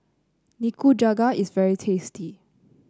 Nikujaga is very tasty